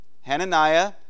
Hananiah